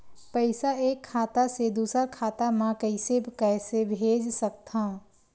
पईसा एक खाता से दुसर खाता मा कइसे कैसे भेज सकथव?